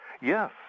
Yes